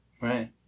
Right